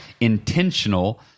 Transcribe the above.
intentional